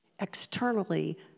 externally